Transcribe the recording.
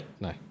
No